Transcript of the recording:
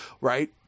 right